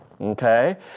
Okay